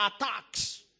attacks